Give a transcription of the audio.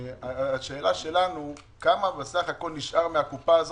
השאלה שלנו היא כמה בסך הכול נשאר מהקופה הזאת,